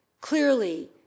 clearly